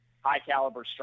high-caliber